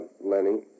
Lenny